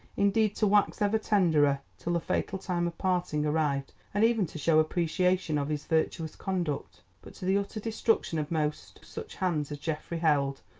indeed to wax ever tenderer, till the fatal time of parting arrived, and even to show appreciation of his virtuous conduct. but to the utter destruction of most such hands as geoffrey held,